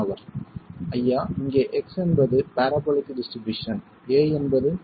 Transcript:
மாணவர் ஐயா இங்கே x என்பது பரபோலிக் டிஸ்ட்ரிபியூஷன் a என்பது